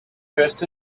dressed